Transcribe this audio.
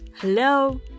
Hello